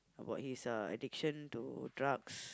about his uh addiction to drugs